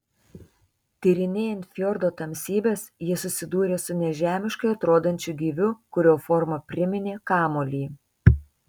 tyrinėjant fjordo tamsybes jie susidūrė su nežemiškai atrodančiu gyviu kurio forma priminė kamuolį